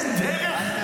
אין דרך?